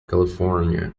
california